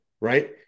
right